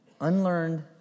unlearned